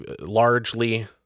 largely